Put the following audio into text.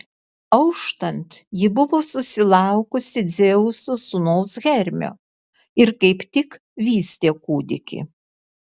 auštant ji buvo susilaukusi dzeuso sūnaus hermio ir kaip tik vystė kūdikį